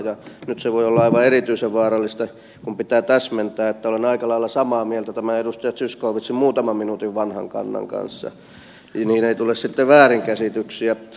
nyt se voi olla aivan erityisen vaarallista kun pitää täsmentää että olen aika lailla samaa mieltä tämän edustaja zyskowiczin muutaman minuutin vanhan kannan kanssa ei tule sitten väärinkäsityksiä